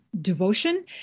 devotion